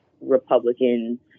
Republicans